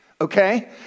okay